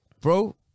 Bro